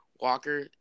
Walker